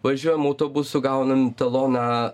važiuojam autobusu gaunam taloną